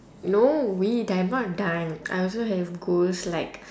no wait I'm not done I also have goals like